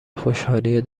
خوشحالی